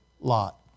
Lot